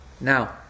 Now